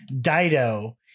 Dido